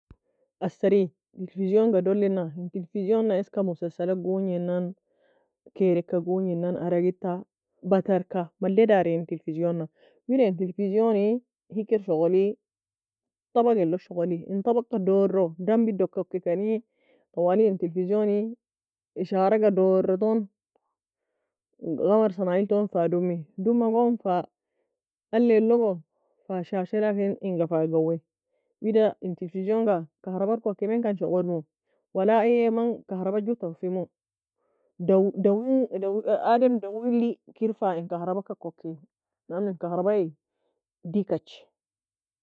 Assari television ga dulina en television eaka مسلسل ga gunge nan kaire eka gunge nan aragid ta buter ka mulay dari en television la. Wida en television hikr shoguli طبق log shoguli en طبق ka duro dumbi la koki kani twali en telvisoonاشارة ga duro tone قمر صناعي elton fa domi doma gon fa ali logo fa شاشة laki enga fa gauwie. Wida en television ga كهرباء la koki menkan shogul mou waka ayei mn كهرباء mn كهرباء gou taphi mou daw dawi adem dawi eli kir كهرباء ga koki lano en كهرباء deakach